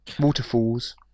waterfalls